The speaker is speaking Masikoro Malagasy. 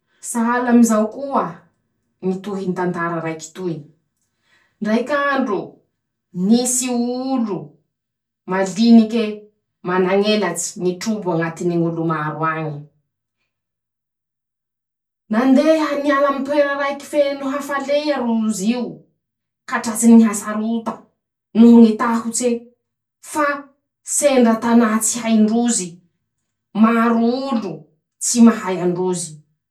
Sahala amizao koa ñy tohiny ñy tantara raiky toy: -"Ndraiky andro ,nisy olo malinike manañ'elatsy nitrobo añatiny ñ'olo maro añe; nandeha niala amy toera raiky feno hafalea rozy io ka tratsiny ñy hasarota ,noho ñy tahotse ,fa sendra tanà tsy haindrozy ,maro olo tsy mahay an-drozy ".